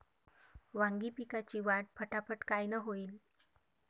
वांगी पिकाची वाढ फटाफट कायनं होईल?